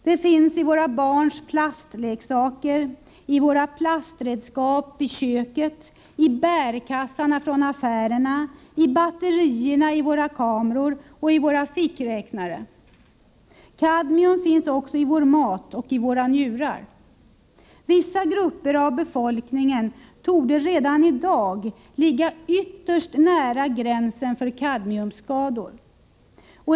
Det finns i barnens plastleksaker, i våra plastredskap i köket, i bärkassarna från affärerna, i batterierna i våra kameror och i våra fickräknare. Kadmium finns också i vår mat och i våra njurar. Vissa grupper av befokningen torde redan i dag ligga ytterst nära gränsen för kadmiumskador.